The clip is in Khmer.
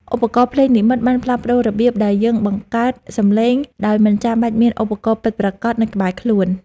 ឧបករណ៍ភ្លេងនិម្មិតបានផ្លាស់ប្តូររបៀបដែលយើងបង្កើតសំឡេងដោយមិនចាំបាច់មានឧបករណ៍ពិតប្រាកដនៅក្បែរខ្លួន។